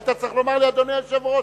היית צריך לומר לי: אדוני היושב-ראש,